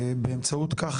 ובאמצעות כך,